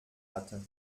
hatte